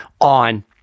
on